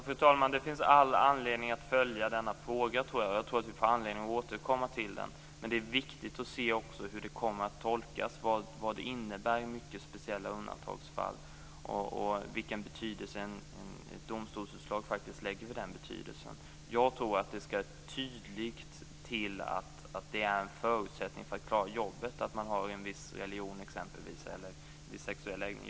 Fru talman! Det finns all anledning att följa denna fråga, och jag tror att vi får anledning att återkomma till den. Men det är också viktigt att se hur lagstiftningen kommer att tolkas, vad den innebär i mycket speciella undantagsfall och vilken betydelse ett domstolsutslag faktiskt lägger i den. Jag tror att det skall vara tydligt att det är en förutsättning för att klara jobbet att man exempelvis har en viss religion eller en viss sexuell läggning.